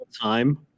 time